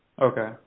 Okay